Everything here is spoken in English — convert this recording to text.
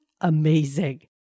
Amazing